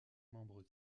membres